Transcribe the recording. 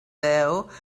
though